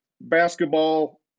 basketball